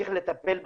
צריך לטפל בסכסוך.